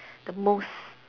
the most